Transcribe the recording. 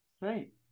Right